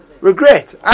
Regret